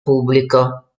pubblico